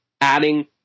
adding